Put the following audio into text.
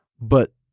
But-